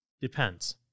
depends